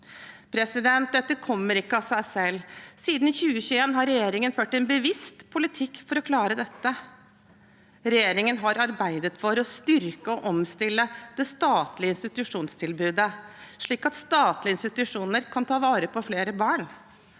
flyttinger. Dette kommer ikke av seg selv. Siden 2021 har regjeringen ført en bevisst politikk for å klare dette. Regjeringen har arbeidet for å styrke og omstille det statlige institusjonstilbudet, slik at statlige institusjoner kan ta vare på flere barn.